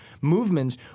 movements